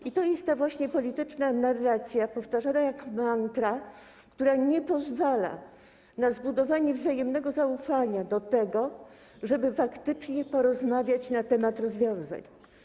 I to jest ta właśnie polityczna narracja powtarzana jak mantra, która nie pozwala na zbudowanie wzajemnego zaufania, żeby faktycznie porozmawiać na temat rozwiązań.